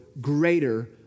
greater